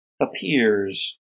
appears